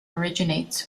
originates